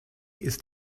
ist